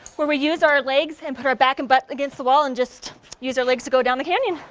where we use our legs and put our back and butts but against the wall and just use our legs to go down the canyon.